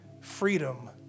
freedom